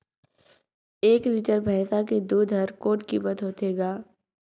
एक लीटर भैंसा के दूध कर कौन कीमत होथे ग?